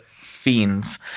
Fiends